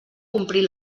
complir